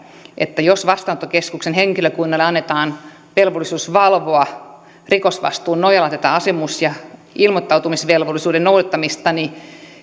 että jos vastaanottokeskuksen henkilökunnalle annetaan velvollisuus valvoa rikosvastuun nojalla tätä asumis ja ilmoittautumisvelvollisuuden noudattamista niin